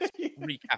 recap